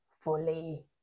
fully